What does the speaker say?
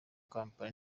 kampala